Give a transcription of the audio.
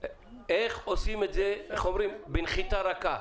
איך עושים את זה בנחיתה רכה?